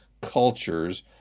cultures